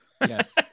Yes